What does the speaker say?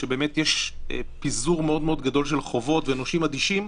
כשבאמת יש פיזור מאוד מאוד גדול של חובות ונושים אדישים,